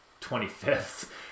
25th